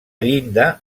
llinda